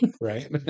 Right